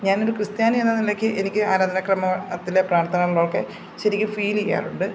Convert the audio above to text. ഞാനൊരു ക്രിസ്ത്യാനി എന്ന നിലയ്ക്ക് എനിക്ക് ആരാധനക്രമത്തിൽ പ്രാർത്ഥനകളൊക്കെ ശരിക്ക് ഫീല് ചെയ്യാറുണ്ട്